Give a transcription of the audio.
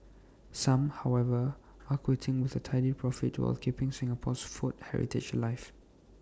some however are quitting with A tidy profit while keeping Singapore's food heritage alive